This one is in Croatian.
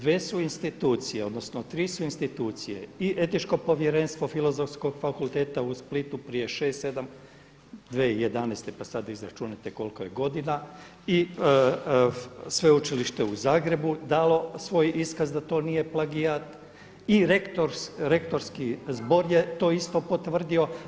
Dvije su institucije odnosno tri su institucije: i Etičko povjerenstvo Filozofskog fakulteta u Splitu prije 6, 7, 2011., pa sada izračunajte koliko je godina i Sveučilište u Zagrebu dalo svoj iskaz da to nije plagijat i Rektorski zbog je to isto potvrdio.